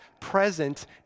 present